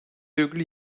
virgül